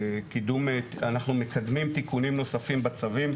אנחנו מקדמים תיקונים נוספים בצווים,